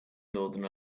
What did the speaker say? northern